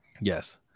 yes